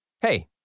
Hey